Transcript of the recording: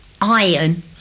iron